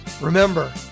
Remember